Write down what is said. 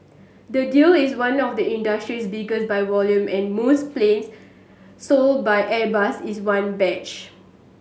the deal is one of the industry's biggest by volume and most planes sold by Airbus is one batch